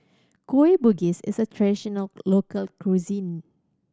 Kueh Bugis is a traditional local cuisine